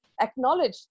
acknowledge